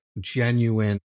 genuine